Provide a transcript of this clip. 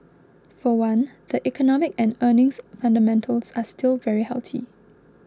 for one the economic and earnings fundamentals are still very healthy